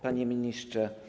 Panie Ministrze!